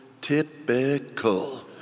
typical